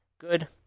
good